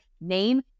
name